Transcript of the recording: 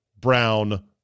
brown